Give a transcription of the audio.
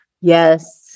Yes